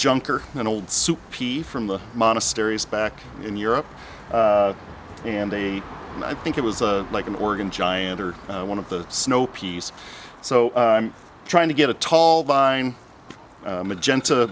junk or an old soupy from the monasteries back in europe and they and i think it was a like an organ giant or one of the snow peas so i'm trying to get a tall vine magenta